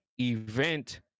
event